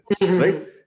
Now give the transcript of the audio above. Right